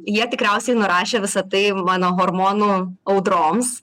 jie tikriausiai nurašė visa tai mano hormonų audroms